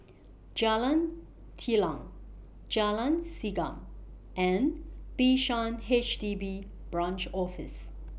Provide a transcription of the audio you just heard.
Jalan Telang Jalan Segam and Bishan H D B Branch Office